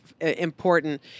important